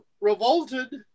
revolted